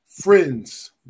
Friends